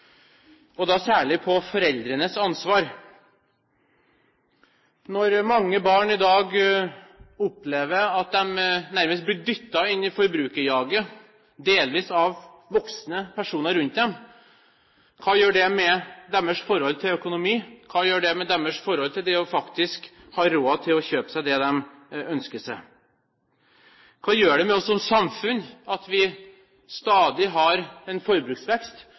Når mange barn i dag opplever at de nærmest blir dyttet inn i forbrukerjaget, delvis av voksne personer rundt dem, hva gjør det med deres forhold til økonomi? Hva gjør det med deres forhold til det faktisk å ha råd til å kjøpe det de ønsker seg? Hva gjør det med oss som samfunn at vi stadig har en forbruksvekst